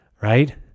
right